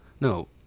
no